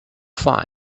find